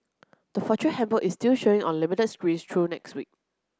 the Fortune Handbook is still showing on limited screens through next week